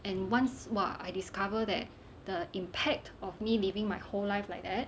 and once !wah! I discover that the impact of me living my whole life like that